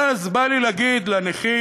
אז בא לי להגיד לנכים,